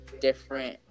different